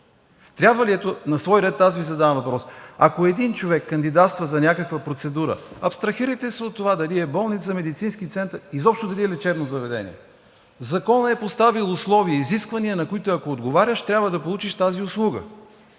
предлагате? На свой ред аз Ви задавам въпрос: ако един човек кандидатства за някаква процедура – абстрахирайте се от това дали е болница, медицински център, дали изобщо е лечебно заведение – законът е поставил условия и изисквания, на които, ако отговаряш, трябва да получиш тази услуга,